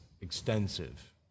extensive